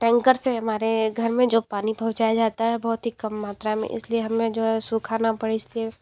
tanker से हमारे घर में जो पानी पहुँचाया जाता है बहुत ही कम मात्रा में इसलिए हमें जो है सूखा ना पड़े इसलिए